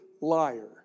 liar